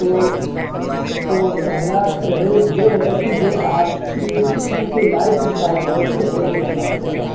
تو تو پہلا پرہیز یہ ہے کہ جو آپ کی بہن کی لائف اسٹائل ہے اُس کو چینج کرنا پڑے گا